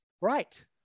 Right